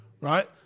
right